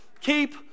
Keep